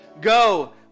go